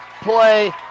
play